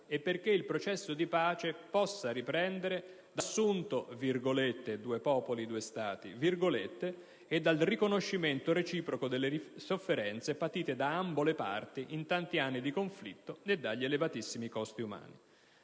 e perché il processo di pace possa riprendere dall'assunto "due popoli, due Stati" e dal riconoscimento reciproco delle sofferenze patite da ambo le parti in tanti anni di conflitto e dagli elevatissimi costi umani».